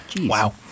Wow